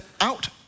out